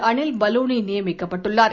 அனில் பலூனி நியமிக்கப்பட்டுள்ளார்